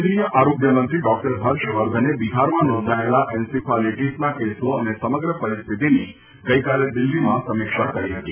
કેન્દ્રિય આરોગ્ય મંત્રી ડોકટર હર્ષવર્ધને બિહારમાં નોંધાયેલા એન્સીફાલીટીસના કેસો અને સમગ્ર પરિસ્થિતિની ગઇકાલે દિલ્હીમાં સમીક્ષા કરી હતી